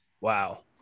wow